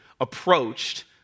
approached